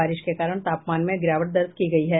बारिश के कारण तापमान में गिरावट दर्ज की गयी है